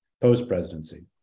post-presidency